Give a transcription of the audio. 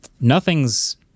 nothing's